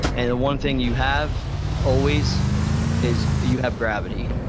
and the one thing you have always is you have gravity.